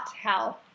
health